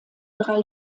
drei